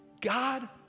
God